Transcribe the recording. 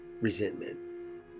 resentment